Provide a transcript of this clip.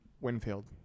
Winfield